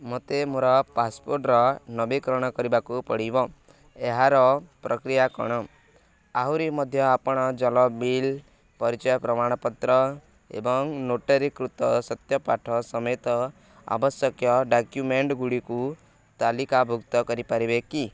ମୋତେ ମୋର ପାସପୋର୍ଟର ନବୀକରଣ କରିବାକୁ ପଡ଼ିବ ଏହାର ପ୍ରକ୍ରିୟା କ'ଣ ଆହୁରି ମଧ୍ୟ ଆପଣ ଜଳ ବିଲ୍ ପରିଚୟ ପ୍ରମାଣପତ୍ର ଏବଂ ନୋଟାରୀକୃତ ସତ୍ୟ ପାଠ ସମେତ ଆବଶ୍ୟକ ଡକ୍ୟୁମେଣ୍ଟ ଗୁଡ଼ିକୁ ତାଲିକାଭୁକ୍ତ କରିପାରିବେ କି